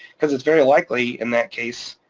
because it's very likely in that case,